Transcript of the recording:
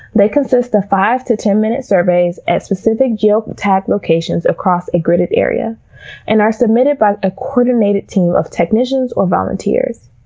they consist of five-to-ten-minute surveys at specific geotagged locations across a gridded area and are submitted by a coordinated team of technicians or volunteers.